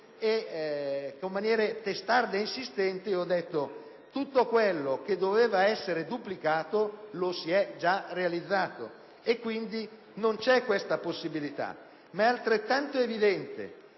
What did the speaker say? in maniera testarda e insistente, ho detto che tutto quello che doveva essere duplicato lo si è già realizzato. Quindi, non c'è questa possibilità. È tuttavia altrettanto evidente